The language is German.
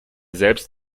selbst